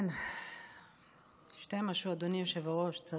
אדוני היושב-ראש.